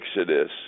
Exodus